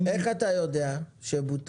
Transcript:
איך אתה יודע שבוטל?